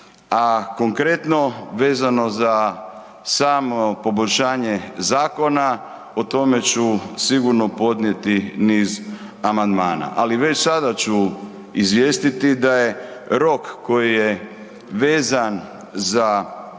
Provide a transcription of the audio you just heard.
A konkretno vezano za samo poboljšanje zakona o tome ću sigurno podnijeti niz amandmana. Ali već sada ću izvijestiti da je rok koji je vezan za